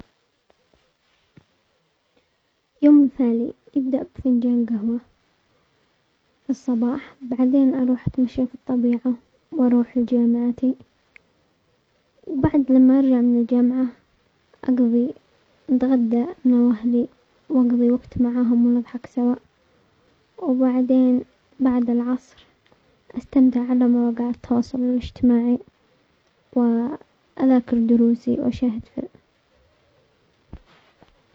يوم ثاني يبدأ بفنجان قهوة في الصباح بعدين اروح اتمشى في الطبيعة واروح لجامعتي ،وبعد لما ارجع من الجامعة اقضي نتغدى انا واهلي واقضي وقت معاهم ونضحك سوا، وبعدين بعد العصر استمتع على مواقع التواصل الاجتماعي واذاكر دروسي واشاهد فيلمز